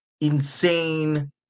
insane